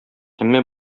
әмма